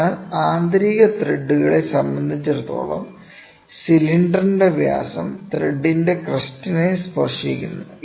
അതിനാൽ ആന്തരിക ത്രെഡുകളെ സംബന്ധിച്ചിടത്തോളം സിലിണ്ടറിന്റെ വ്യാസം ത്രെഡിന്റെ ക്രെസ്റ്റിനെ സ്പർശിക്കുന്നു